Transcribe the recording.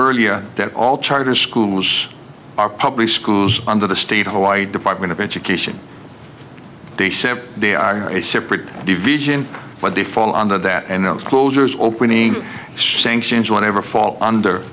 earlier that all charter schools are public schools under the state hawaii department of education they said they are a separate division but they fall under that and those closures opening sanctions will never fall under